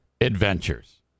adventures